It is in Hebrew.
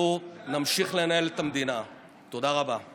לתקוף את המליאה זה